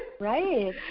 Right